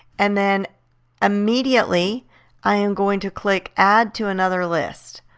and then immediately i am going to click add to another list.